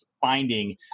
finding